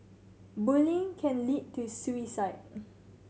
bullying can lead to suicide